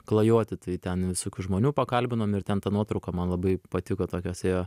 klajoti tai ten visokių žmonių pakalbinom ir ten ta nuotrauka man labai patiko tokios ėjo